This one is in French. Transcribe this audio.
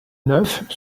neuf